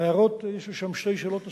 היו שם שתי שאלות נוספות,